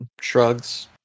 shrugs